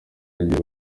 yagiye